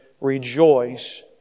Rejoice